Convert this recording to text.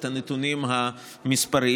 את הנתונים המספריים.